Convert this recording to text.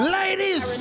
Ladies